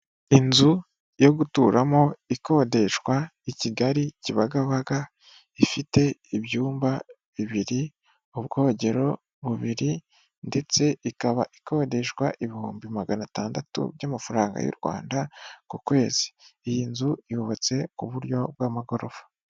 Inzu yo guturamo ikodeshwa i Kigali Kibagabaga, ifite ibyumba bibiri, ubwogero bubiri ndetse ikaba ikodeshwa ibihumbi magana atandatu by'amafaranga y'u Rwanda ku kwezi, iyi nzu yubatse ku buryo bw'amagorofa.